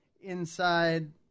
inside